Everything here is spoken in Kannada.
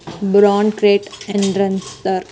ಬಾಂಡ್ಮಾರ್ಕೇಟ್ ನ ಯಾರ್ನಡ್ಸ್ತಾರ?